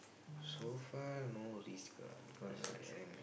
so far no risk lah cause I'm